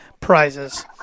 prizes